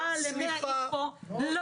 סליחה, סליחה, נעה.